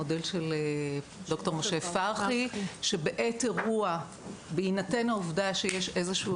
המודל של ד"ר משה פרחי שבעת אירוע בהינתן העובדה שיש איזשהו